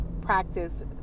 practice